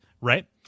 right